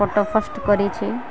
photo post କରିଛି